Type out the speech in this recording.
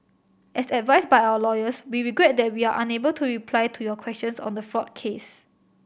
as advised by our lawyers we regret that we are unable to reply to your questions on the fraud case